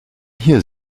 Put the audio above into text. hier